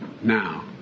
now